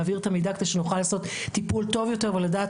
להעביר את המידע כדי שאוכל לעשות טיפול טוב יותר ולדעת